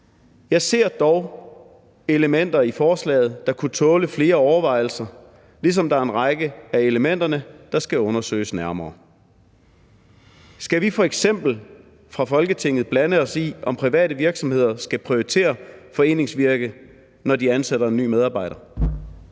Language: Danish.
Jeg ser dog elementer i forslaget, der kunne tåle flere overvejelser, ligesom der er en række af elementerne, der skal undersøges nærmere. Skal vi f.eks. fra Folketingets side blande os i, om private virksomheder skal prioritere foreningsvirke, når de ansætter en ny medarbejder?